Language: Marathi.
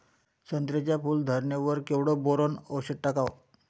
संत्र्याच्या फूल धरणे वर केवढं बोरोंन औषध टाकावं?